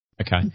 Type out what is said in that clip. Okay